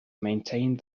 maintained